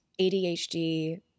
ADHD